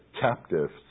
captives